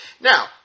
Now